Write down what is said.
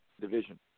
division